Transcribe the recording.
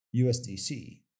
USDC